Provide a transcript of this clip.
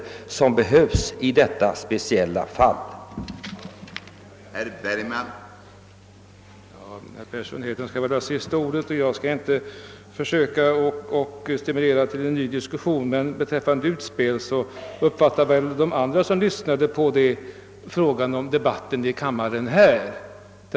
Endast ett uttryck i strävandena till förbättringar för de handikappade.